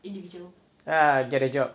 ah get a job